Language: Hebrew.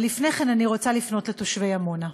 אבל לפני כן אני רוצה לפנות לתושבי עמונה,